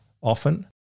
often